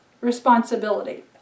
responsibility